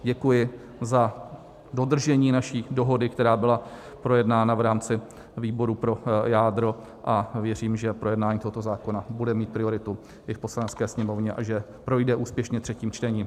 Děkuji za dodržení naší dohody, která byla projednána v rámci výboru pro jádro ,a věřím, že projednání tohoto zákona bude mít prioritu i v Poslanecké sněmovně a že projde úspěšně třetím čtením.